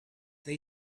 they